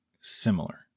similar